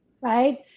Right